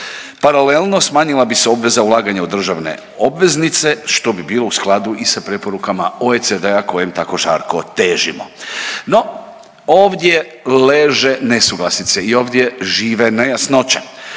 Paralelno smanjila bi se obveza ulaganja u državne obveznice, što bi bilo u skladu i sa preporukama OECD-a kojem tako žarko težimo. No ovdje leže nesuglasice i ovdje žive nejasnoće.